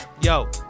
yo